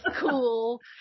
cool